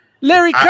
Larry